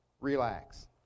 relax